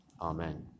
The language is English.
Amen